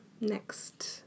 next